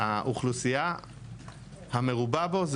באזור שהאוכלוסייה המרובה בו זו